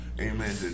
amen